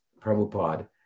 Prabhupada